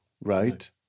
right